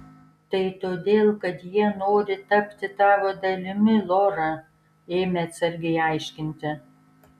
tai todėl kad jie nori tapti tavo dalimi lora ėmė atsargiai aiškinti